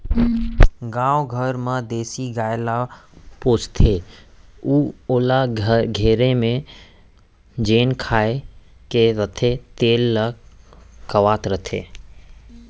गाँव घर म देसी गाय ल पोसथें अउ ओला घरे म जेन खाए के रथे तेन ल खवावत रथें